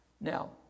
Now